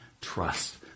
Trust